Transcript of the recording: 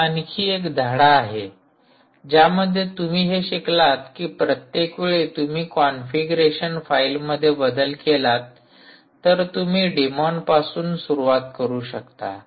हा आणखी एक धडा आहे ज्यामध्ये तुम्ही हे शिकलात की प्रत्येक वेळी तुम्ही कॉन्फिगरेशन फाईलमध्ये बदल केला तर तुम्ही डिमॉनपासून सुरुवात करू शकता